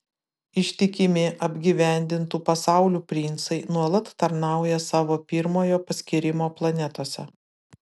ištikimi apgyvendintų pasaulių princai nuolat tarnauja savo pirmojo paskyrimo planetose